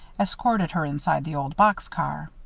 escorted her inside the old box-car.